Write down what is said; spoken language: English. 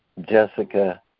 Jessica